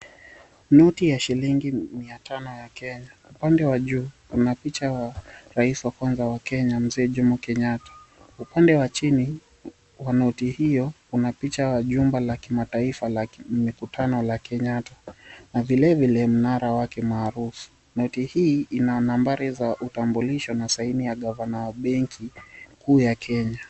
Noti ya shilingi mia tano ya Kenya upande wa juu kuna picha ya raisi wa kwanza wa Kenya Mzee Jomo Kenyatta, upande wa chini wa noti hiyo kuna picha ya jumba la kimataifa la mikutano la Kenyatta na vilevile mnara wake maarufu noti hii ina nambari za utambilisho na saini ya Gavana wa benki kuu ya Kenya.